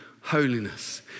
holiness